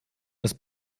das